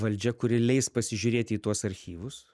valdžia kuri leis pasižiūrėti į tuos archyvus